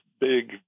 big